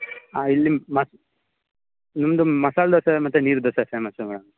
ಹಾಂ ಇಲ್ಲಿ ಮಸ್ ನಮ್ಮದು ಮಸಾಲೆ ದೋಸೆ ಮತ್ತು ನೀರುದೋಸೆ ಫೇಮಸ್ ಮೇಡಮ್